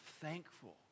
thankful